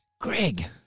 Greg